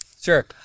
Sure